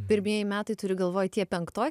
pirmieji metai turi galvoje tie penktoj